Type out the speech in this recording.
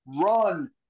Run